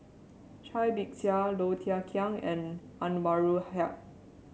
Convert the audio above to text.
Cai Bixia Low Thia Khiang and Anwarul Haque